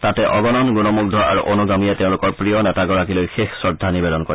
তাতে অগণন গুণমুধ্ধ আৰু অনুগামীয়ে তেওঁলোকৰ প্ৰিয় নেতাগৰাকীলৈ শেষ শ্ৰদ্ধা নিবেদন কৰে